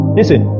listen